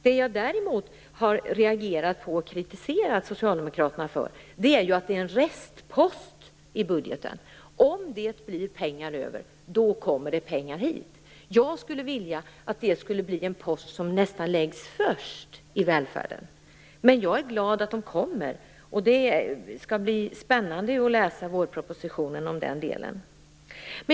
Det jag däremot har reagerat på och kritiserat Socialdemokraterna för är att detta är en restpost i budgeten - om det blir pengar över kommer det mer pengar till vården och omsorgen. Jag skulle vilja att denna post läggs nästan först, att detta blir det viktigaste i välfärden. Jag är ändå glad över att pengarna kommer, och det skall bli spännande att läsa om detta i vårpropositionen.